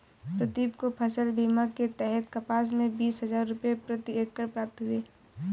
प्रदीप को फसल बीमा के तहत कपास में बीस हजार रुपये प्रति एकड़ प्राप्त हुए